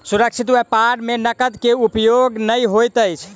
सुरक्षित व्यापार में नकद के उपयोग नै होइत अछि